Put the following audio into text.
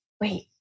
Wait